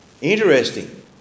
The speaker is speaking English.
Interesting